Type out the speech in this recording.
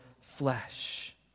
flesh